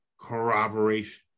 corroboration